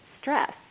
stress